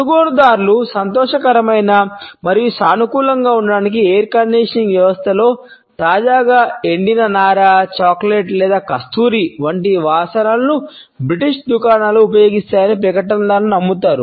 కొనుగోలుదార్లు సంతోషకరమైన మరియు సానుకూలంగా ఉంచడానికి ఎయిర్ కండిషనింగ్ వ్యవస్థలో దుకాణాలు ఉపయోగిస్తాయని ప్రకటనదారులు నమ్ముతారు